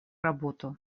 работу